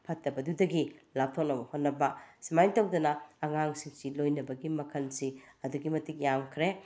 ꯐꯠꯇꯕꯗꯨꯗꯒꯤ ꯂꯥꯞꯊꯣꯛꯅꯕ ꯍꯣꯠꯅꯕ ꯁꯨꯃꯥꯏꯅ ꯇꯧꯗꯅ ꯑꯉꯥꯡꯁꯤꯡꯁꯤ ꯂꯣꯏꯅꯕꯒꯤ ꯃꯈꯜꯁꯤ ꯑꯗꯨꯛꯀꯤ ꯃꯇꯤꯛ ꯌꯥꯝꯈ꯭ꯔꯦ